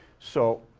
so,